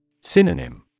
Synonym